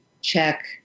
check